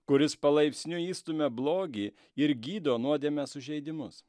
kuris palaipsniui išstumia blogį ir gydo nuodėmę sužeidimus